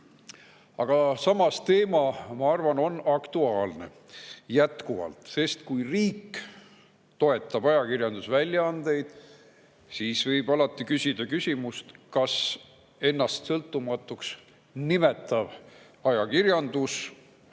Aga samas on teema, ma arvan, jätkuvalt aktuaalne, sest kui riik toetab ajakirjandusväljaandeid, siis võib alati küsida, kas ennast sõltumatuks nimetav ajakirjandus